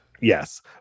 Yes